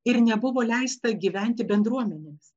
ir nebuvo leista gyventi bendruomenėmis